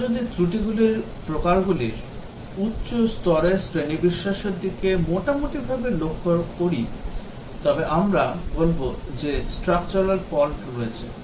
আমরা যদি ত্রুটিগুলির প্রকারগুলির উচ্চ স্তরের শ্রেণিবিন্যাসের দিকে মোটামুটিভাবে লক্ষ্য করি তবে আমরা বলব যে স্ট্রাকচারাল ফল্ট রয়েছে